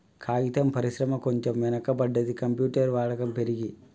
కాగితం పరిశ్రమ కొంచెం వెనక పడ్డది, కంప్యూటర్ వాడకం పెరిగి